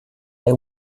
they